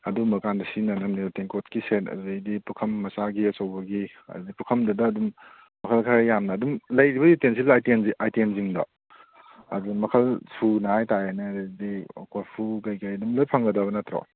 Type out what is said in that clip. ꯑꯗꯨꯒꯨꯝꯕꯀꯥꯟꯗ ꯁꯤꯖꯤꯟꯅꯅꯕꯅꯦꯕ ꯇꯦꯡꯀꯦꯠꯀꯤ ꯁꯦꯠ ꯑꯗꯨꯗꯒꯤꯗꯤ ꯄꯨꯈꯝ ꯃꯆꯥꯒꯤ ꯑꯆꯧꯕꯒꯤ ꯑꯗꯒꯤ ꯄꯨꯈꯝꯗꯇ ꯑꯗꯨꯝ ꯃꯈꯜ ꯈꯔ ꯌꯥꯝꯅ ꯑꯗꯨꯝ ꯂꯩꯔꯤꯕ ꯌꯨꯇꯦꯟꯁꯤꯜ ꯑꯥꯏꯇꯦꯝꯁꯤꯡꯗꯣ ꯑꯗꯨ ꯃꯈꯜ ꯁꯨꯅ ꯍꯥꯏꯕ ꯇꯥꯔꯦꯅꯦ ꯑꯗꯨꯗꯤ ꯀꯣꯔꯐꯨ ꯀꯔꯤ ꯀꯔꯤ ꯑꯗꯨꯝ ꯂꯣꯏꯅ ꯐꯪꯒꯗꯕ ꯅꯠꯇ꯭ꯔꯣ